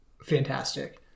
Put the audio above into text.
fantastic